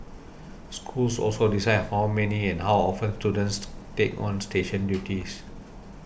schools also decide how many and how often students take on station duties